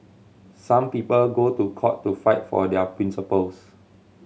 some people go to court to fight for their principles